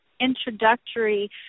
introductory